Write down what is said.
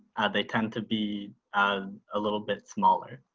they tend to be and a little bit smaller.